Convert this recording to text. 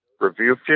Review